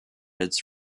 its